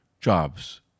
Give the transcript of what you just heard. jobs